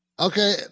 Okay